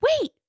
Wait